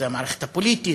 זו המערכת הפוליטית,